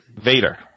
Vader